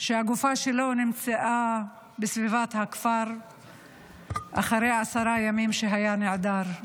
שהגופה שלו נמצאה בסביבת הכפר אחרי עשרה ימים שהיה נעדר.